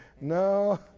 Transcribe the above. No